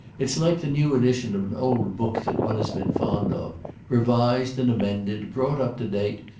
it's like the new edition of an old book that one has been fond of revised and amended, brought up to date,